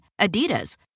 Adidas